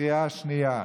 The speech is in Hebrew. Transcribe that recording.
בקריאה השנייה.